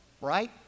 Right